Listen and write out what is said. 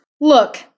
look